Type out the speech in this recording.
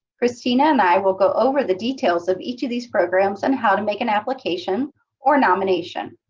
cristina and i will go over the details of each of these programs and how to make an application or nomination.